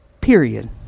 period